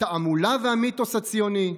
התעמולה והמיתוס הציוני.